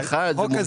לאחת?